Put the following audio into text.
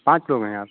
पाँच लोग हैं आप